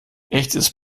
echtes